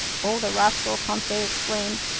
oh, the rascal! conseil exclaimed.